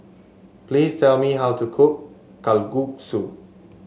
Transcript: please tell me how to cook Kalguksu